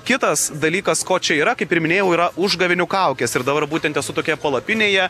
kitas dalykas ko čia yra kaip ir minėjau yra užgavėnių kaukės ir dabar būtent esu tokioje palapinėje